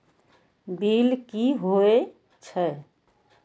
Bill की हौए छै?